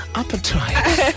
appetite